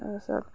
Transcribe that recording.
তাৰপিছত